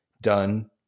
done